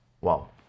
Wow